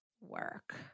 work